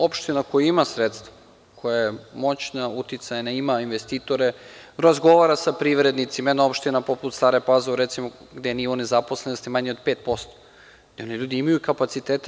Opština koja ima dodatna sredstva, koja je moćna, uticajna, ima investitore, razgovara sa privrednicima, jedna opština poput Stare Pazove, recimo, gde je nivo nezaposlenosti manji od 5%, i oni ljudi imaju kapacitete.